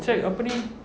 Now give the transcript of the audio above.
check apa ini